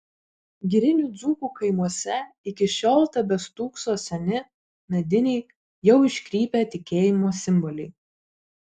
girinių dzūkų kaimuose iki šiol tebestūkso seni mediniai jau iškrypę tikėjimo simboliai